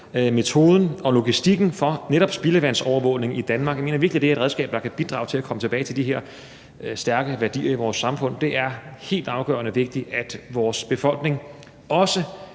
metoden og logistikken for netop spildevandsovervågning i Danmark. Jeg mener virkelig, det er et redskab, der kan bidrage til, at vi kommer tilbage til de her stærke værdier i vores samfund. Det er helt afgørende vigtigt, at vores befolkning også